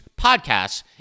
podcasts